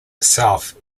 itself